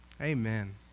Amen